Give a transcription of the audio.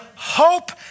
hope